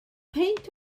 peint